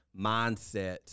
mindset